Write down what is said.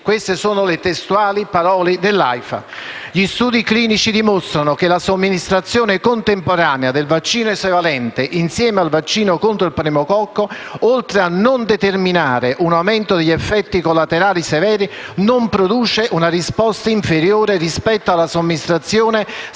della senatrice Fucksia)*. «Gli studi clinici dimostrano che la somministrazione contemporanea del vaccino esavalente» insieme al vaccino «contro lo pneumococco, oltre a non determinare un aumento degli effetti collaterali severi, non produce una risposta inferiore rispetto alla somministrazione separata